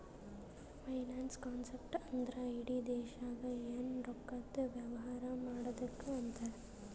finance concept ಅಂದ್ರ ಇಡಿ ದೇಶ್ದಾಗ್ ಎನ್ ರೊಕ್ಕಾದು ವ್ಯವಾರ ಮಾಡದ್ದುಕ್ ಅಂತಾರ್